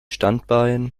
standbein